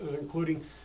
including